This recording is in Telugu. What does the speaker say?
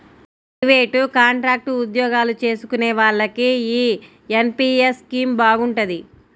ప్రయివేటు, కాంట్రాక్టు ఉద్యోగాలు చేసుకునే వాళ్లకి యీ ఎన్.పి.యస్ స్కీమ్ బాగుంటది